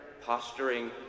posturing